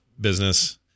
business